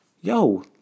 Yo